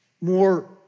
more